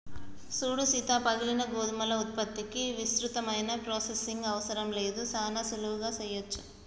సూడు సీత పగిలిన గోధుమల ఉత్పత్తికి విస్తృతమైన ప్రొసెసింగ్ అవసరం లేదు సానా సులువుగా సెయ్యవచ్చు